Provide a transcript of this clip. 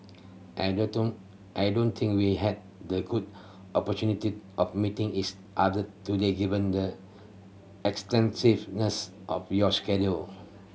I I don't think we had the good opportunity of meeting each other today given the extensiveness of your schedule